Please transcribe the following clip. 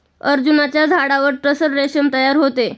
अर्जुनाच्या झाडावर टसर रेशीम तयार होते